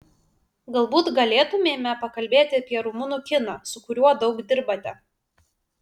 galbūt galėtumėme pakalbėti apie rumunų kiną su kuriuo daug dirbate